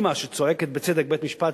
והבן של האמא שצועקת בצדק בבית-משפט,